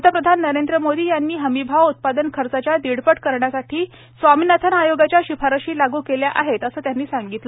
पंतप्रधान नरेंद्र मोदी यांनी हमीभाव उत्पादन खर्चाच्या दीडपट करण्यासाठी स्वामीनाथन आयोगाच्या शिफारशी लागू केल्या आहेत असे त्यांनी नमूद केले